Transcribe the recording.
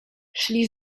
szli